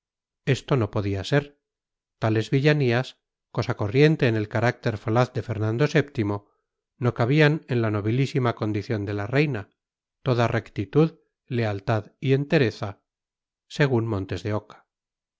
esto no podía ser tales villanías cosa corriente en el carácter falaz de fernando vii no cabían en la nobilísima condición de la reina toda rectitud lealtad y entereza según montes de oca